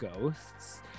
ghosts